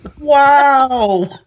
Wow